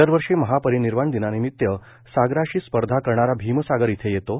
दरवर्षी महापरिनिर्वाण दिनानिमित्त सागराशी स्पर्धा करणारा भीमसागर इथे येतो